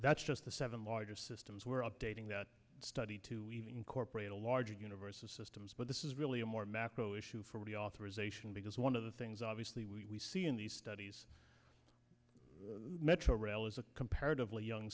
that's just the seven largest systems we're updating that study to even incorporate a larger universe of systems but this is really a more macro issue for reauthorization because one of the things obviously we see in these studies metro rail is a comparatively young